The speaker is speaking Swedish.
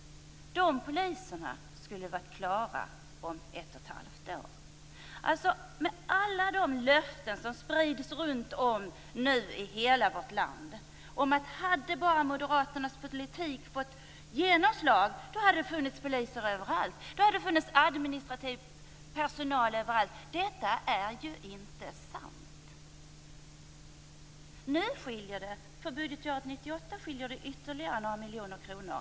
De poliserna skulle vara klara om ett och ett halvt år. Med tanke på alla löften som nu sprids i hela vårt land om att det, om Moderaternas politik hade fått genomslag, skulle ha funnits poliser och administrativ personal överallt vill jag säga: Detta är inte sant! För budgetåret 1998 skiljer det med ytterligare några miljoner kronor.